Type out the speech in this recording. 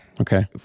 Okay